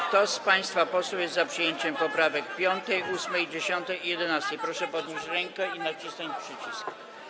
Kto z państwa posłów jest za przyjęciem poprawek 5., 8. 10. i 11., proszę podnieść rękę i nacisnąć przycisk.